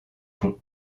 pont